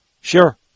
Sure